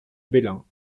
belin